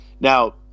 Now